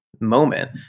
moment